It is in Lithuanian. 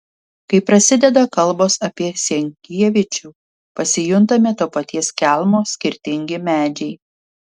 kai prasideda kalbos apie senkievičių pasijuntame to paties kelmo skirtingi medžiai